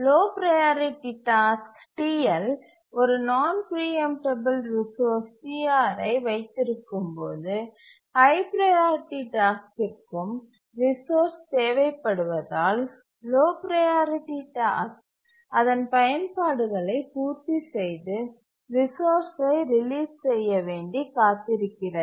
low priority task TL ஒரு நான் preemptible resource CRஐ வைத்திருக்கும்போது ஹய் ப்ரையாரிட்டி டாஸ்க்கிற்கும் ரிசோர்ஸ் தேவைப்படுவதால் லோ ப்ரையாரிட்டி டாஸ்க் அதன் பயன்பாடுகளை பூர்த்தி செய்து ரிசோர்ஸ்சை ரிலீஸ் செய்ய வேண்டி காத்திருக்கிறது